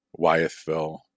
wyethville